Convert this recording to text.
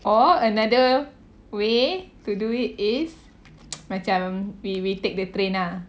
or another way to do it is macam we we take the train ah